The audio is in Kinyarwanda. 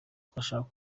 urashaka